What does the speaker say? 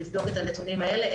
לבדוק את הנתונים האלה.